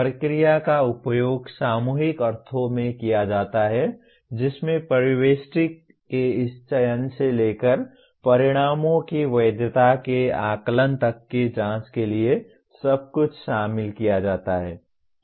प्रक्रिया का उपयोग सामूहिक अर्थों में किया जाता है जिसमें परिवेष्टक के इस चयन से लेकर परिणामों की वैधता के आकलन तक की जांच के लिए सब कुछ शामिल किया जाता है